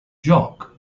jock